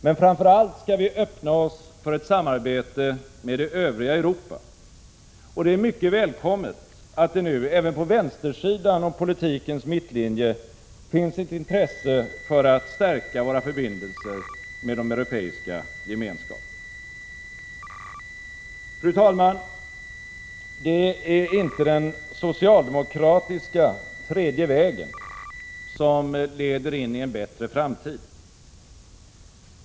Men framför allt skall vi öppna oss för ett samarbete med det övriga Europa. Det är mycket välkommet att det nu även på vänstersidan om politikens mittlinje finns ett intresse för att stärka våra förbindelser med de europeiska gemenskaperna. Fru talman! Det är inte den socialdemokratiska tredje vägen som leder in i en bättre framtid.